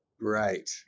Right